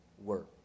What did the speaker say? Work